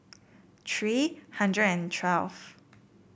tree hundred and twelve